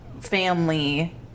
family